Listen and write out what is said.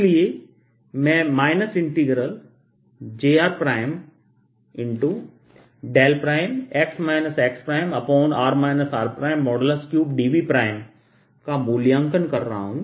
इसलिए मैं jrx xr r3dVका मूल्यांकन कर रहा हूं